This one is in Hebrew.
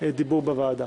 הדיבור בוועדה.